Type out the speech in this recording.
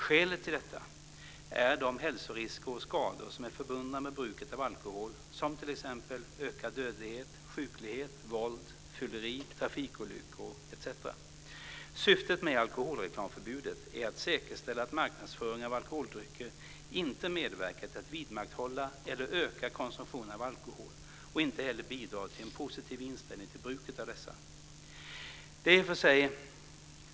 Skälet till detta är de hälsorisker och skador som är förbundna med bruket av alkohol som t.ex. ökad dödlighet, sjuklighet, våld, fylleri, trafikolyckor etc. Syftet med alkoholreklamförbudet är att säkerställa att marknadsföringen av alkoholdrycker inte medverkar till att vidmakthålla eller öka konsumtionen av alkohol och inte heller bidrar till en positiv inställning till bruket av dessa varor.